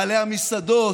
בעלי המסעדות.